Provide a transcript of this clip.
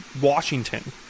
Washington